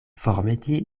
formeti